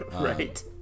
Right